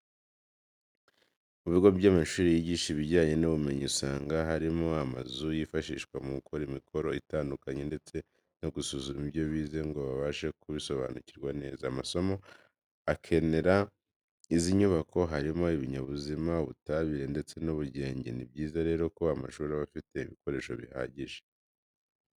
Mu bigo by'amashuri yigisha ibijyanye n'ubumenyi usanga harimo amazu yifashishwa mu gukora imikoro itandukanye ndetse no gusuzuma ibyo bize ngo babashe kubisobanukirwa neza. Amasomo akenera izi nyubako harimo: ibinyabuzima, ubutabire ndetse n'ubugenge. Ni byiza rero ko amashuri aba afite ibikoresho bihagije.